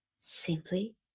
simply